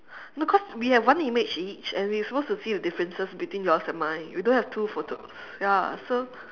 no cause we have one image each and we supposed to see the differences between yours and mine we don't have two photos ya so